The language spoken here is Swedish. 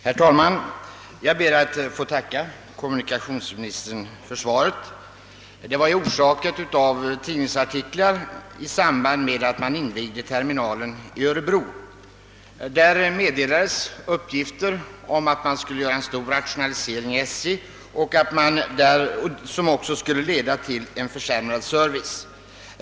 Herr talman! Jag ber att få tacka kommunikationsministern för svaret. Min fråga hade orsakats av tidningsartiklar i samband med att man invigde terminalen i Örebro. Då meddelades att en stor rationalisering skulle göras inom SJ, vilken också skulle komma att leda till försämrad service i persontrafiken.